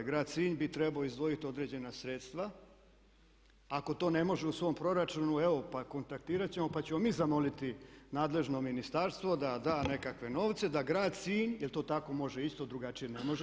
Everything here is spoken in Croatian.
Grad Sinj bi trebao izdvojiti određena sredstva, a ako to ne može u svom proračunu, evo pa kontaktirat ćemo pa ćemo mi zamoliti nadležno ministarstvo da da nekakve novce da grad Sinj, jer to tako može isto, drugačije ne može.